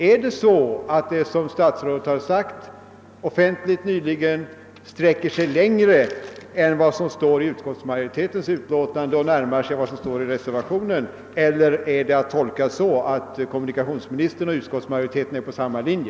är det så att vad statsrådet offentligen nyligen sagt sträcker sig längre än vad som står i utskottsmajoritetens utlåtande och närmar sig vad som står i reservationen? Eller skall det tolkas så att kommunikationsministern och utskottsmajoriteten är på samma linje?